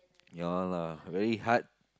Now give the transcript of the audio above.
ya lah very hard